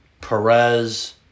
Perez